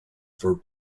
for